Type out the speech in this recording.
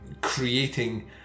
creating